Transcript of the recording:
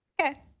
Okay